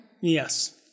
yes